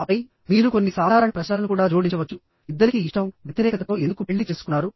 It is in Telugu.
ఆపై మీరు కొన్ని సాధారణ ప్రశ్నలను కూడా జోడించవచ్చు ఇద్దరికీ ఇష్టం వ్యతిరేకతతో ఎందుకు పెళ్లి చేసుకున్నారు